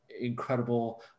incredible